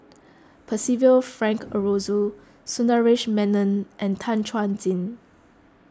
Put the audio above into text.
Percival Frank Aroozoo Sundaresh Menon and Tan Chuan Jin